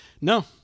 No